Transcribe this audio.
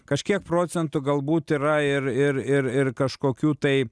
kažkiek procentų galbūt yra ir ir ir ir kažkokių tai